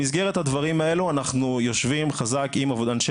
במסגרת הדברים האלה אנחנו יושבים חזק עם אנשי